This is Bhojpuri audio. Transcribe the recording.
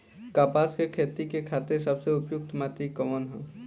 कपास क खेती के खातिर सबसे उपयुक्त माटी कवन ह?